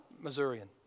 Missourian